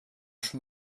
schon